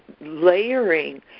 layering